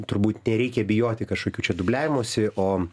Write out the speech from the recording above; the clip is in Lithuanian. turbūt nereikia bijoti kažkokių čia dubliavimosi o